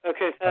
Okay